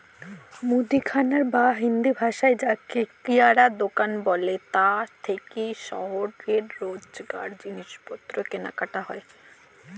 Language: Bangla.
মুদিখানা বা হিন্দিভাষায় যাকে কিরায়া দুকান বলে তা থেকেই শহরে রোজকার জিনিসপত্র কেনাকাটা হয়